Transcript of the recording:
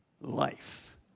life